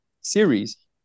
series